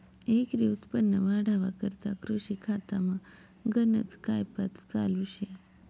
एकरी उत्पन्न वाढावा करता कृषी खातामा गनज कायपात चालू शे